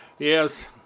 Yes